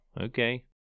okay